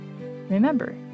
Remember